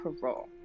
parole